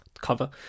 cover